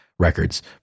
records